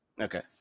okay